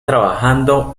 trabajando